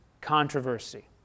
controversy